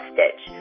Stitch